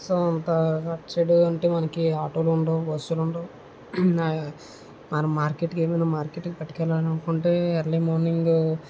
so అంతా అటు side అంటే మనకు ఆటోలు ఉండవు బస్సులు ఉండవు మన మార్కెట్ మన మార్కెట్ కి పట్టుకెళ్ళాలనుకుంటే ఎర్లీ మార్నింగ్